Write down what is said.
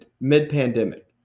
mid-pandemic